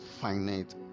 finite